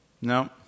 No